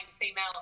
female